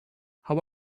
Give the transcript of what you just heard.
how